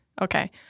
Okay